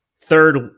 third